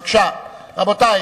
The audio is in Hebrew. רבותי.